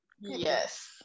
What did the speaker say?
Yes